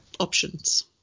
Options